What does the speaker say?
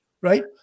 right